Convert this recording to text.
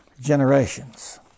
generations